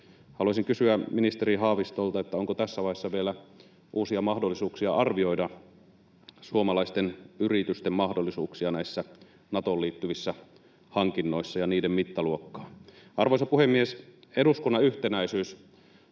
Haluaisin kysyä ministeri Haavistolta, onko tässä vaiheessa vielä uusia mahdollisuuksia arvioida suomalaisten yritysten mahdollisuuksia näissä Natoon liittyvissä hankinnoissa ja niiden mittaluokkaa. Arvoisa puhemies! Eduskunnan yhtenäisyys